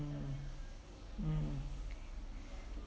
mm okay